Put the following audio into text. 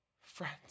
Friends